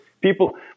people